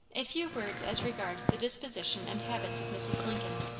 a few words as regard the disposition and habits of mrs. lincoln.